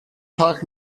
tag